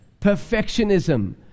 perfectionism